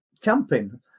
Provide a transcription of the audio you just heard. camping